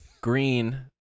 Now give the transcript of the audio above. green